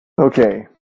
Okay